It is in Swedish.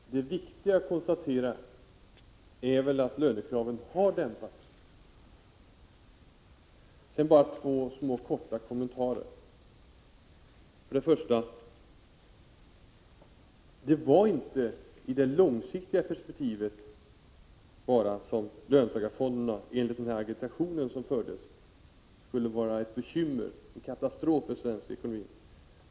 Herr talman! Det viktiga att konstatera är väl att lönekraven faktiskt har dämpats. Till sist vill jag göra två korta kommentarer. För det första: Enligt den agitation som fördes var det inte bara i det långsiktiga perspektivet som löntagarfonderna skulle innebära bekymmer, ja, katastrof för svensk ekonomi.